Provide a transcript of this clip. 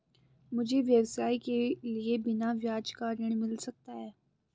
मुझे व्यवसाय के लिए बिना ब्याज का ऋण मिल सकता है?